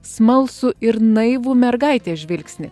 smalsų ir naivų mergaitės žvilgsnį